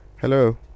hello